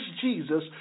Jesus